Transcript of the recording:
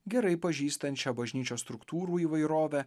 gerai pažįstančią bažnyčios struktūrų įvairovę